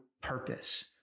purpose